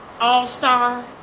all-star